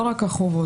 לא רק החובות,